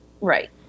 Right